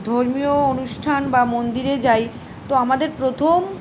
ধর্মীয় অনুষ্ঠান বা মন্দিরে যাই তো আমাদের প্রথম